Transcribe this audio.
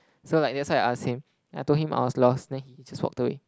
so like that's why I asked him and I told him I was lost then he just walked away